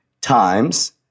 Times